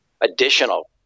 additional